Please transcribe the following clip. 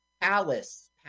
Palace